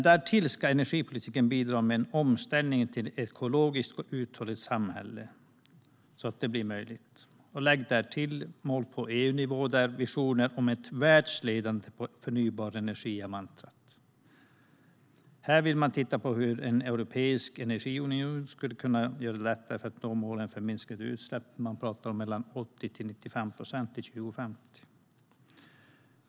Därtill ska energipolitiken bidra till att omställningen till ett ekologiskt och uthålligt samhälle blir möjlig. Lägg därtill mål på EU-nivå, där visioner om att bli världsledande på förnybar energi är mantrat. Här vill man titta på hur en europeisk energiunion kan göra det lättare att nå målet att minska utsläppen med 80-95 procent till 2050.